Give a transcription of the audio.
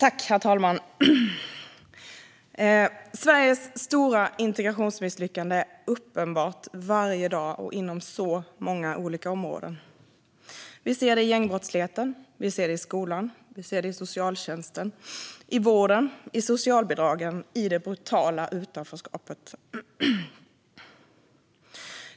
Herr talman! Sveriges stora integrationsmisslyckande är uppenbart varje dag och inom många olika områden. Vi ser det i gängbrottsligheten, i skolan, i socialtjänsten, i vården, i socialbidragen och i det brutala utanförskapet.